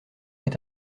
est